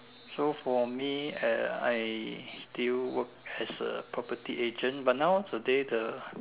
so for me uh I still work as a property agent but nowadays the